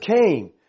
came